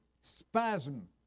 spasm